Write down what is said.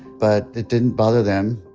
but it didn't bother them.